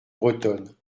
bretonne